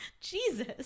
Jesus